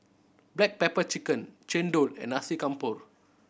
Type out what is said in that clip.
black pepper chicken chendol and Nasi Campur